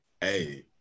Hey